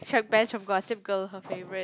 Chuck-Bass from Gossip Girl her favourite